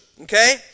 okay